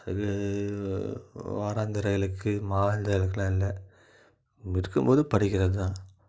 அது வாராந்திர இலக்கு மாதாந்திரக்குலாம் இல்லை இருக்கும் போது படிக்கிறது தான்